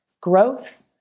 growth